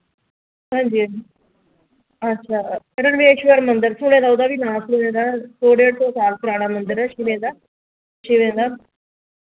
हांजी हांजी अच्छा रणवेश्वर मंदर सुने दा ओह्दा बी नांऽ सुने दा सौ डे सौ साल पराना मंदर ऐ शिवें दा शिवें दा